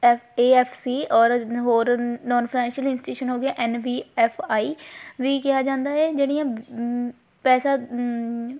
ਏ F C ਔਰ ਹੋਰ non financial institution ਹੋ ਗਈ ਐੱਨ ਵੀ ਐੱਫ ਆਈ ਵੀ ਕਿਹਾ ਜਾਂਦਾ ਏ ਜਿਹੜੀਆਂ ਪੈਸਾ